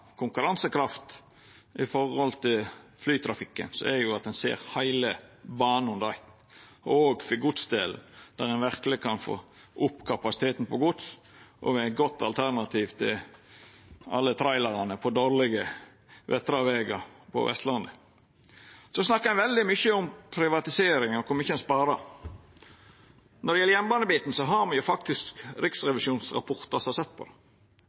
konkurransekraft i forhold til flytrafikken, er det at ein ser heile banen under eitt, og òg for godsdelen, der ein verkeleg kan få opp kapasiteten på gods og vera eit godt alternativ til alle trailerane på dårlege vintervegar på Vestlandet. Så snakkar ein veldig mykje om privatisering og kor mykje ein sparer. Når det gjeld jernbanebiten, har me faktisk riksrevisjonsrapportar som har sett på